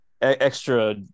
extra